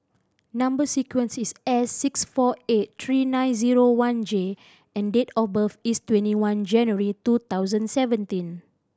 number sequence is S six four eight three nine zero one J and date of birth is twenty one January two thousand seventeen